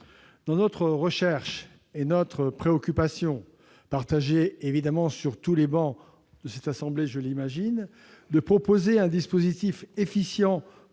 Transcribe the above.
Dans notre recherche et notre préoccupation, partagée évidemment sur toutes les travées de cette assemblée, je l'imagine, de proposer un dispositif efficient